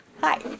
Hi